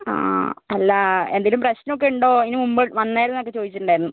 അല്ല എന്തെങ്കിലും പ്രശ്നമൊക്കെ ഉണ്ടോ ഇതിനുമുമ്പ് വന്നായിരുന്നോ എന്നൊക്കെ ചോദിച്ചിട്ടുണ്ടായിരുന്നു